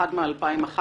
אחד מ-2011,